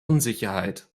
unsicherheit